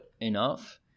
enough